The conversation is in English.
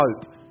Hope